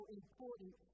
important